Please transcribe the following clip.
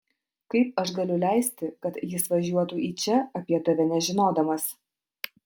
kaip aš galiu leisti kad jis važiuotų į čia apie tave nežinodamas